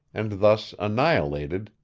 and thus annihilated,